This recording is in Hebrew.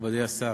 מכובדי השר,